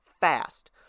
fast